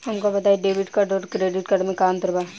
हमका बताई debit card और क्रेडिट कार्ड में का अंतर बा?